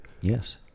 Yes